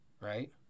right